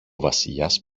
βασιλιάς